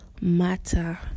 matter